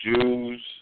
Jews